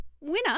Winner